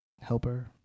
Helper